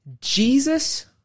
Jesus